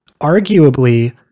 arguably